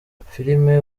amafilime